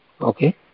Okay